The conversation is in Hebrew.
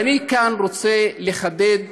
ואני כאן רוצה לחדד